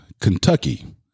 Kentucky